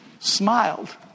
smiled